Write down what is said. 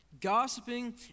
Gossiping